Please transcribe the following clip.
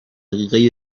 دقیقه